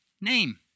name